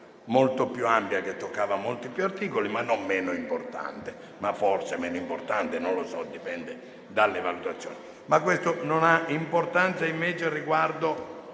molto più ampia, che toccava molti più articoli, ma non meno importante (o forse meno importante, a seconda delle valutazioni). Questo non ha importanza, comunque, riguardo